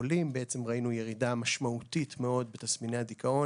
החולים לא מחכים חצי שנה לטיפול מציל חיים.